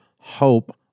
hope